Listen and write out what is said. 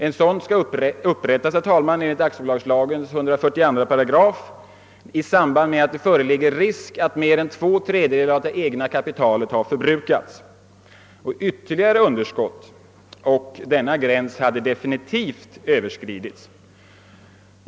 Enligt 142 8 aktiebolagslagen skall sådan balansräkning upprättas när det föreligger risk att mer än två tredjedelar av aktiekapitalet i ett bolag förbrukats. Ytterligare underskott hade medfört att denna gräns definitivt överskridits.